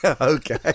okay